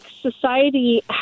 society